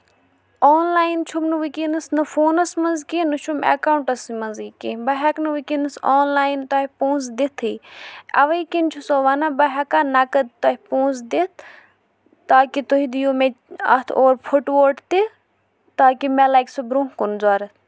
آن line چھُم نہٕ وٕکینس نہ فونَس منٛز کیٚنٛہہ نہ چھُم اٮ۪کاونٹس منٛزٕے کیٚنٛہہ بہٕ ہٮ۪کہٕ نہٕ وٕنکینس آن لاین تۄہہِ پوٛنسہٕ دِتھٕے اَوے کِنۍ چھُ سو وَنان بہٕ ہٮ۪کا نَقٕد تۄہہِ پونسہٕ دِتھ تاکہِ تُہۍ دِیو مےٚ اَتھ اورٕ پھُٹووٹ تہِ تاکہِ مےٚ لگہِ سُہ برونہہ کُن ضۄرت